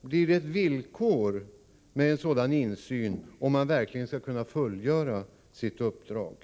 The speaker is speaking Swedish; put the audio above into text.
blir det ett villkor med en sådan insyn, om man verkligen skall kunna fullgöra sitt uppdrag.